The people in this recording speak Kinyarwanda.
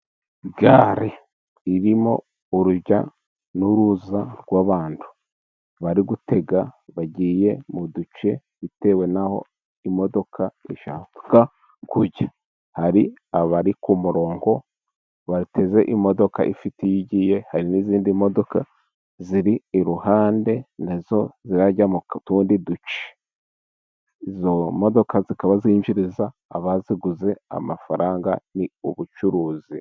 Gare irimo urujya n'uruza rw'abantu bari gutega bagiye mu duce bitewe n'aho imodoka ishaka kujya, hari abari ku murongo bateze imodoka ifite iyo igiye, hari n'izindi modoka ziri iruhande nazo zijya mu tundi duce, izo modoka zikaba zinjiriza abaziguze amafaranga ni ubucuruzi.